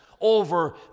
over